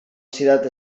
citat